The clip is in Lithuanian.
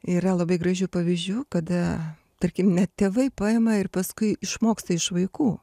yra labai gražių pavyzdžių kada tarkim net tėvai paima ir paskui išmoksta iš vaikų